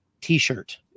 t-shirt